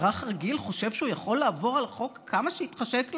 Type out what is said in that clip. אזרח רגיל חושב שהוא יכול לעבור על החוק כמה שמתחשק לו,